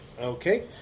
Okay